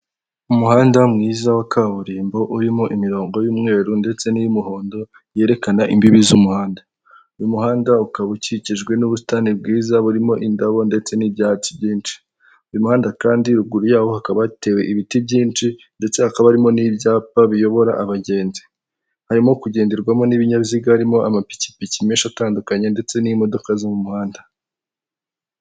Umuhanda mwiza wa kaburimbo urimo imirongo y'umweru ndetse n'iy'umuhondo yerekana imbibi z'umuhanda. Uyu muhanda ukaba ukikijwe n'ubusitani bwiza burimo indabo ndetse n'ibyatsi byinshi. Uyu muhanda kandi ruguru y'aho hakaba hatewe ibiti byinshi ndetse hakaba harimo n'ibyapa biyobora abagenzi, harimo kugenderwamo n'ibinyabiziga birimo amapikipiki meshi atandukanye ndetse n'imodoka zo mu muhanda.